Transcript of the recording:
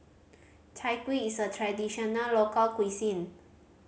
Chai Kuih is a traditional local cuisine